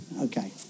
Okay